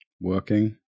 Working